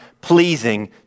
pleasing